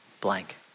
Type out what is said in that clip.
blank